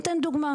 ואני אתן דוגמה.